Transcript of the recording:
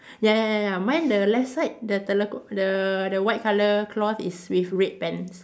ya ya ya ya mine the left side the telekung the the white colour cloth is with red pants